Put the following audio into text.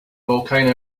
volcano